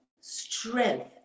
strength